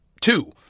two